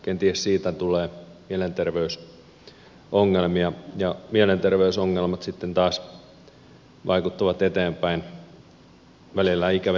kenties siitä tulee mielenterveysongelmia ja mielenterveysongelmat sitten taas vaikuttavat eteenpäin välillä ikävillä tavoilla